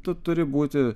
tu turi būti